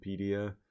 Wikipedia